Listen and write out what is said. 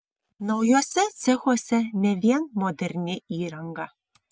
naujuose cechuose ne vien moderni įranga